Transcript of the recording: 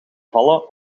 vallen